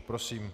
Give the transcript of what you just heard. Prosím.